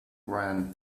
ryan